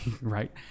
right